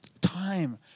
time